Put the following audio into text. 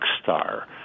star